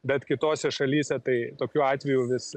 bet kitose šalyse tai tokiu atveju vis